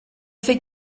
fait